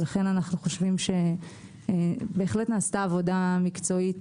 לכן אנו חושבים שנעשתה עבודה מקצועית